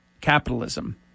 capitalism